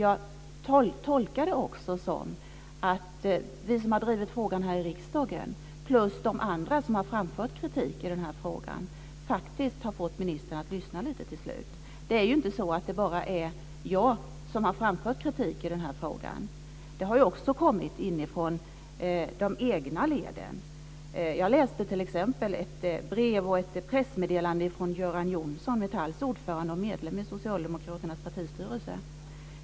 Jag tolkar det också så att vi som har drivit frågan här i riksdagen liksom de andra som har framfört kritik i den här frågan faktiskt har fått ministern att till slut lyssna lite. Det är inte bara jag som har framfört kritik i frågan. Det har också kommit inifrån de egna leden. Jag läste t.ex. ett brev och ett pressmeddelande från Göran Johnsson, Metalls ordförande och medlem i socialdemokraternas partistyrelse.